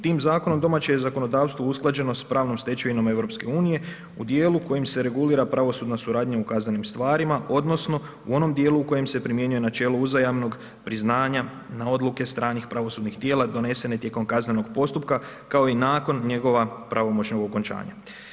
Tim zakonom domaće je zakonodavstvo usklađeno s pravnom stečevinom EU u dijelu u kojem se regulira pravosudna suradnja u kaznenim stvarima, odnosno u onom dijelu u kojem se primjenjuje načelo uzajamnog priznanja na odluke stranih pravosudnih tijela donesene tijekom kaznenog postupka, kao i nakon njegova pravomoćnog okončanja.